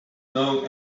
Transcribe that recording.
know